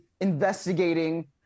investigating